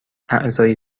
اعضای